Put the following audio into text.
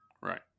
Right